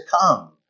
come